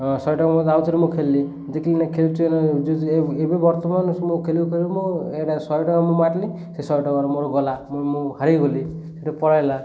ଶହେ ଟଙ୍କା ରେ ମୁଁ ଆଉ ଥରେ ମୁଁ ଖେିଳିଲି ଦେଖିଲି ଖେଳୁଛୁ ଏବେ ବର୍ତ୍ତମାନ ମୁଁ ଖେଳିଲୁ ମୁଁ ଏଇଟା ଶହେ ଟଙ୍କା ମୁଁ ମାରିଲି ସେ ଶହେ ଟଙ୍କାର ମୋର ଗଲା ମୁଁ ହାରିଗଲି ସେଟା ପଳେଇଲା